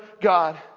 God